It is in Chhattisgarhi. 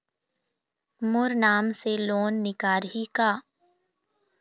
मोर नाम से लोन निकारिही का?